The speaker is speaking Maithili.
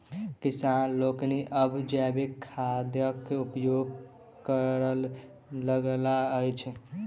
किसान लोकनि आब जैविक खादक उपयोग करय लगलाह अछि